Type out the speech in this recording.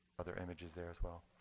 other images there as well.